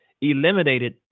eliminated